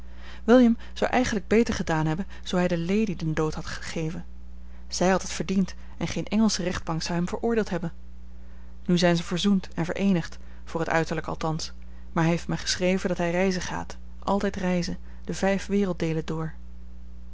william zou eigenlijk beter gedaan hebben zoo hij de lady den dood had gegeven zij had het verdiend en geen engelsche rechtbank zou hem veroordeeld hebben nu zijn ze verzoend en vereenigd voor het uiterlijk althans maar hij heeft mij geschreven dat hij reizen gaat altijd reizen de vijf werelddeelen door